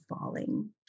falling